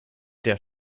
der